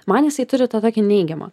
man jisai turi tą tokį neigiamą